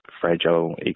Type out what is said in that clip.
fragile